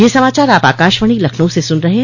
ब्रे क यह समाचार आप आकाशवाणी लखनऊ से सुन रहे हैं